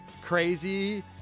Crazy